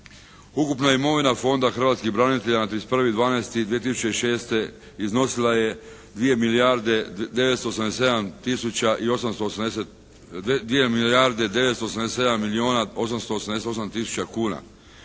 Ukupna imovina Fonda hrvatskih branitelja na 31.12.2006. iznosila je 2 milijarde 987 milijuna 888 tisuća kuna,